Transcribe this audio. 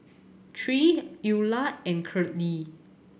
Tre Eula and Curley